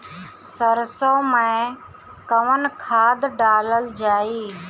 सरसो मैं कवन खाद डालल जाई?